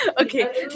Okay